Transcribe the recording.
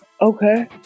Okay